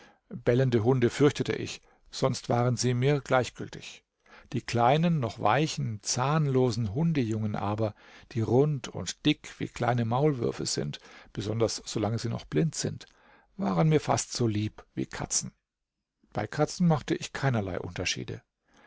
bellende hunde fürchtete ich sonst waren sie mir gleichgültig die kleinen noch weichen zahnlosen hundejungen aber die rund und dick wie kleine maulwürfe sind besonders solange sie noch blind sind waren mir fast so lieb wie katzen bei katzen machte ich keinerlei unterschiede